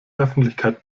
öffentlichkeit